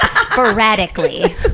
sporadically